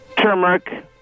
turmeric